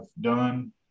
done